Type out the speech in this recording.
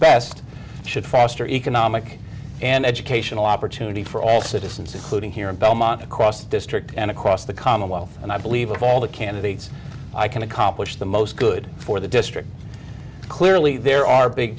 best should foster economic and educational opportunity for all citizens including here in belmont across district and across the commonwealth and i believe of all the candidates i can accomplish the most good for the district clearly there are big